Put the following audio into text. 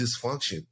dysfunction